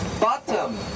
bottom